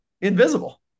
invisible